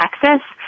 Texas